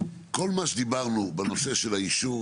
כל מה שדיברנו בנושא של האישור.